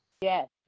Yes